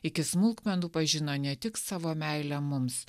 iki smulkmenų pažino ne tik savo meilę mums